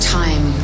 time